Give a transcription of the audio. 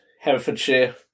Herefordshire